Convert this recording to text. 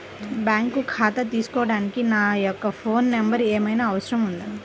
Bank ఖాతా తీసుకోవడానికి నా యొక్క ఫోన్ నెంబర్ ఏమైనా అవసరం అవుతుందా?